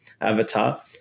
avatar